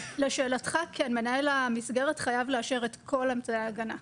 לשאלתך, מנהל המסגרת חייב לאשר את כל אמצעי ההגנה.